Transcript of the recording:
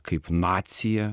kaip nacija